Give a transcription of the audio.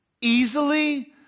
easily